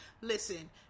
listen